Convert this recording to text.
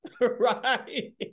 right